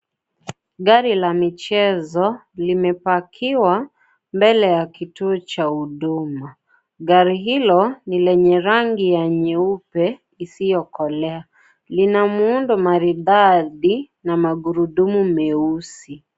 Gari la mchezo limepakiwa mbele ya kituo cha huduma. Gari hilo ni lenye rangi ya nyeupe isiokolea. Lina muundo maridadi na magurudumu meusi.